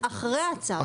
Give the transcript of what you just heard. מה קורה אחרי הצו?